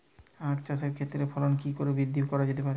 আক চাষের ক্ষেত্রে ফলন কি করে বৃদ্ধি করা যেতে পারে?